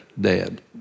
dad